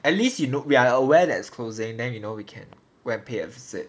at least you know we are aware that it's closing then you know we can go and pay a visit